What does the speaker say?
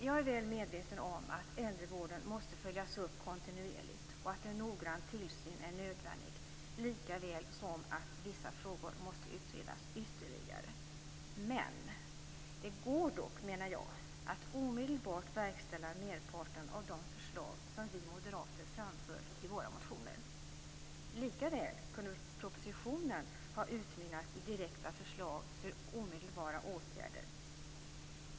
Jag är väl medveten om att äldrevården måste följas upp kontinuerligt och att en noggrann tillsyn är nödvändig, lika väl som att vissa frågor måste utredas ytterligare. Det går dock att omedelbart verkställa merparten av de förslag som vi moderater framför i våra motioner. Lika väl kunde propositionen ha utmynnat i direkta förslag för omedelbara åtgärder.